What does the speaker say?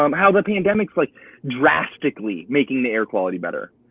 um how the pandemic's like drastically making the air quality but